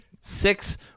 Six